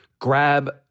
grab